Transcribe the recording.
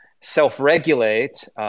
self-regulate